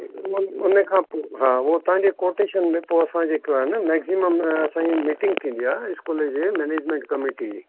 उन उन खां पोइ हा उहा तव्हां जे कोटेशन में पोइ असां जेको मैकज़ीमम साईं मीटिंग थींदी आहे स्कूल जे मैनेजमैंट कमेटी जी